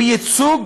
הוא ייצוג